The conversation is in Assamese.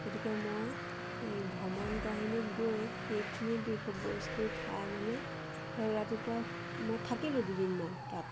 গতিকে মই এই ভ্ৰমণ কাহিনীত গৈ সেইখিনি বিষয় বস্তু খাই মানে ধৰক ৰাতিপুৱা মই থাকিলোঁ দুদিনমান তাত